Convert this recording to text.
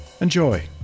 Enjoy